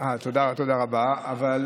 חבל לנו